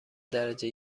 درجه